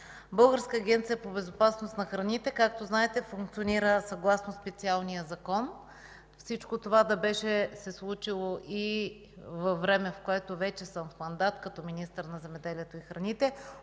Българската агенция по безопасност на храните, както знаете, функционира съгласно специалния Закон. Всичко това да беше се случило във време, в което вече съм в мандат като министър на земеделието и храните,